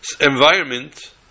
environment